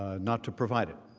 ah not to provide it.